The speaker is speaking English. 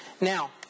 Now